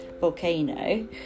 volcano